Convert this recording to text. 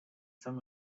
some